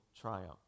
Triumph